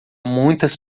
muitas